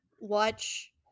watch